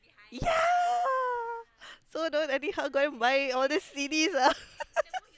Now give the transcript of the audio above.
ya so don't anyhow go and buy all these C_Ds ah